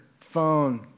phone